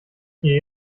gehe